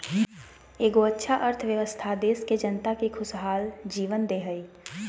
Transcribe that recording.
एगो अच्छा अर्थव्यवस्था देश के जनता के खुशहाल जीवन दे हइ